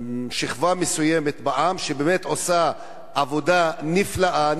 שכבה מסוימת בעם שבאמת עושה עבודה נפלאה,